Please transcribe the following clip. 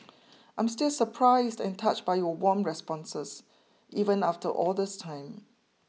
I'm still surprised and touched by your warm responses even after all this time